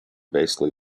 basically